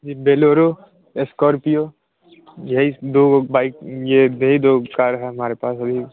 जी Bolero Scorpio यही दो bike ये यही दो कार हैं हमारे पास अभी